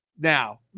Now